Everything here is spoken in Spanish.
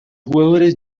jugadores